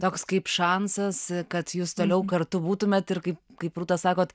toks kaip šansas kad jūs toliau kartu būtumėt ir kaip kaip rūta sakot